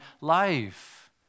life